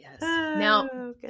Now